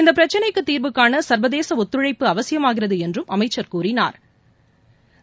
இந்த பிரச்சினைக்கு தீர்வுகாண சா்வதேச ஒத்துழைப்பு அவசியமாகிறது என்றும் அமைச்சா் கூறினாா்